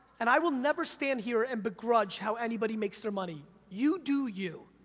and i will never stand here and begrudge how anybody makes their money, you do you,